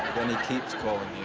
then he keeps calling